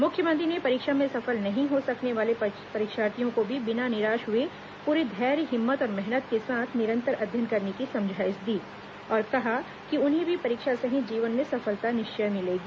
मुख्यमंत्री ने परीक्षा में सफल नहीं हो सकने वाले परीक्षार्थियों को भी बिना निराश हुए पूरे धैर्य हिम्मत और मेहनत के साथ निरन्तर अध्ययन करने की समझाईश दी और कहा कि उन्हें भी परीक्षा सहित जीवन में सफलता निश्चय मिलेगी